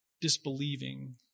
disbelieving